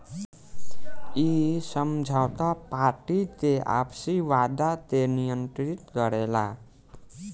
इ समझौता पार्टी के आपसी वादा के नियंत्रित करेला